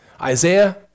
Isaiah